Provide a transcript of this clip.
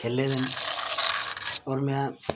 खेले दे न होर में